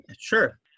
Sure